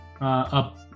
up